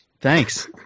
Thanks